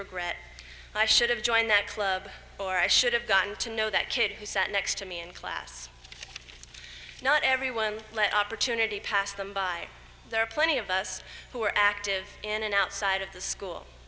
regret i should have joined that club or i should have gotten to know that kid who sat next to me in class not everyone opportunity passed them by there are plenty of us who are active in and outside of the school